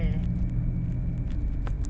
Yole aku tak Yole kita pernah rasa